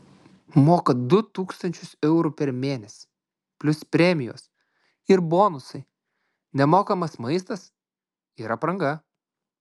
moka du tūkstančius eurų per mėnesį plius premijos ir bonusai nemokamas maistas ir apranga